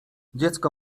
dziecko